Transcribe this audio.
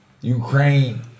Ukraine